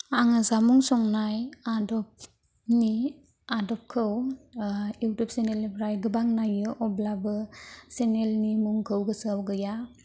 आङो जामुं संनाय आदबनि आदबखौ इउटुब चेनेलनिफ्राय गोबां नायो अब्लाबो चेनेलनि मुंखौ गोसोआव गैया